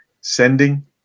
sending